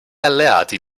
alleati